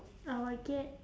I will get